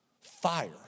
Fire